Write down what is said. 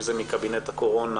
אם זה מקבינט הקורונה.